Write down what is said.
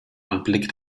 anblick